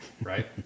right